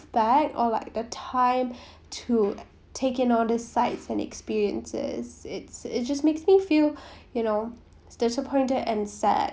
back or like the time to take in all the sights and experiences it's it just makes me feel you know disappointed and sad